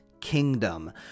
Kingdom